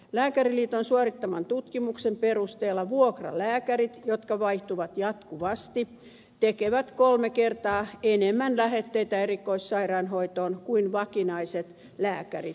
lääkäriliiton suorittaman tutkimuksen perusteella vuokralääkärit jotka vaihtuvat jatkuvasti tekevät kolme kertaa enemmän lähetteitä erikoissairaanhoitoon kuin vakinaiset osaavat lääkärit